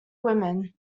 women